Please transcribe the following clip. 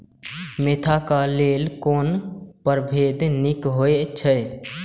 Mentha क लेल कोन परभेद निक होयत अछि?